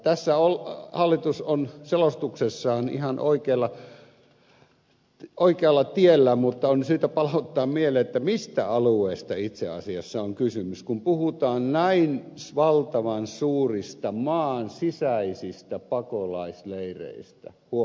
tässä hallitus on selostuksessaan ihan oikealla tiellä mutta on syytä palauttaa mieleen mistä alueesta itse asiassa on kysymys kun puhutaan näin valtavan suurista maan sisäisistä pakolaisleireistä huom